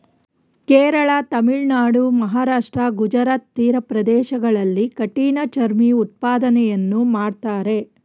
ಕೇರಳ, ತಮಿಳುನಾಡು, ಮಹಾರಾಷ್ಟ್ರ, ಗುಜರಾತ್ ತೀರ ಪ್ರದೇಶಗಳಲ್ಲಿ ಕಠಿಣ ಚರ್ಮಿ ಉತ್ಪಾದನೆಯನ್ನು ಮಾಡ್ತರೆ